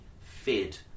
fed